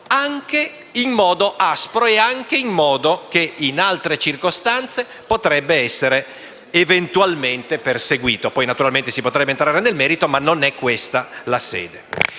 anche in un modo aspro che in altre circostanze potrebbe essere eventualmente perseguito. Naturalmente si potrebbe entrare nel merito, ma non è questa la sede.